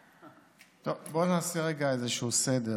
טוב, בוא נעשה רגע איזשהו סדר.